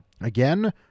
Again